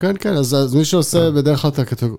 כן כן, אז מי שעושה בדרך את הכתוב...